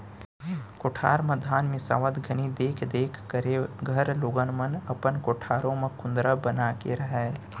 कोठार म धान मिंसावत घनी देख देख करे घर लोगन मन अपन कोठारे म कुंदरा बना के रहयँ